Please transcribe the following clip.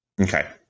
Okay